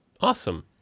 Awesome